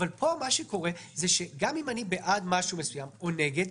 אבל כאן גם אם אני בעד משהו מסוים או נגד,